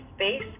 space